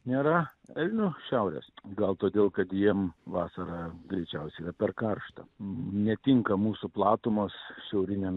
nėra elnių šiaurės gal todėl kad jiem vasarą greičiausiai yra per karšta netinka mūsų platumos šiauriniam